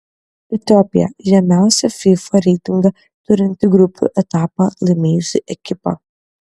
etiopija žemiausią fifa reitingą turinti grupių etapą laimėjusi ekipa